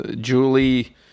Julie